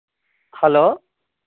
hello